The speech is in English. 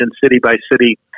city-by-city